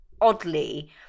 oddly